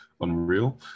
Unreal